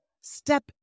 Step